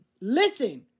Listen